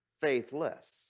faithless